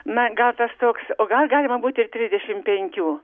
na gal tas toks o gal galima būti ir trisdešim penkių